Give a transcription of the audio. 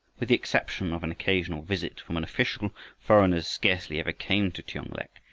with the exception of an occasional visit from an official, foreigners scarcely ever came to tiong-lek,